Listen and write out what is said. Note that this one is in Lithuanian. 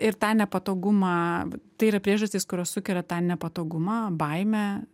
ir tą nepatogumą tai yra priežastys kurios sukelia tą nepatogumą baimę